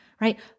right